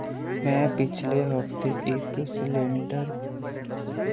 मैं पिछले हफ्तै इक सिलैंडर